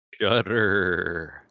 Shutter